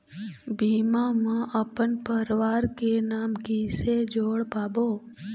बीमा म अपन परवार के नाम किसे जोड़ पाबो?